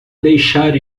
deixar